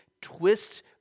twist